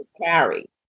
Carry